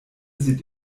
sieht